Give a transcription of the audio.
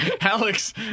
Alex